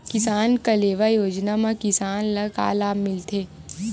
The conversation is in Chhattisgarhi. किसान कलेवा योजना म किसान ल का लाभ मिलथे?